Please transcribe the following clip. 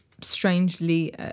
strangely